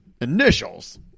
initials